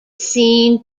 seen